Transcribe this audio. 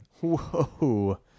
Whoa